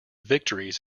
victories